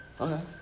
Okay